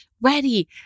ready